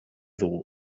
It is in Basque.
dugu